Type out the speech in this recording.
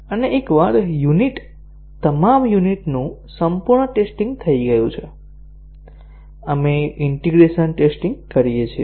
અને એકવાર યુનિટ તમામ યુનિટ નું સંપૂર્ણ ટેસ્ટીંગ થઈ ગયું છે આપણે ઈન્ટીગ્રેશન ટેસ્ટીંગ કરીએ છીએ